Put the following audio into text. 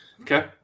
Okay